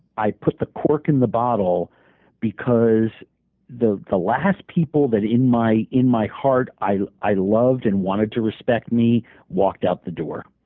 i put the cork in the bottle because the the last people that in my in my heart i i loved and wanted to respect me walked out the door.